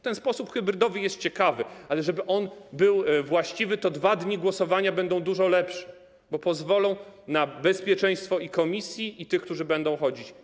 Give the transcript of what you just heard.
Ten sposób hybrydowy jest ciekawy, ale żeby był właściwy, 2 dni głosowania będą dużo lepsze, bo pozwolą na bezpieczeństwo i komisji, i tych, którzy będą przychodzić.